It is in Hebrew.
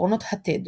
עקרונות ה-TED